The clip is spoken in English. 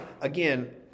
again